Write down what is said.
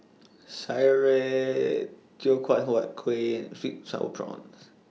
Sireh Teochew Huat Kuih and Sweet Sour Prawns